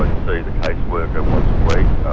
i see the case worker once a week, ah